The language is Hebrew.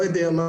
לא יודע מה,